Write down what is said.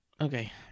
Okay